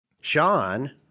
Sean